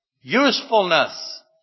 Usefulness